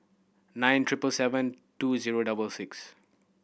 nine triple seven two zero double six